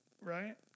Right